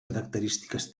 característiques